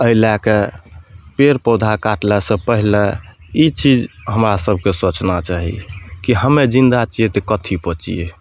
एहि लै कऽ पेड़ पौधा काटलासँ पहिले ई चीज हमरा सभकऽ सोचना चाही कि हमे जिन्दा छियै तऽ कथी पर छियै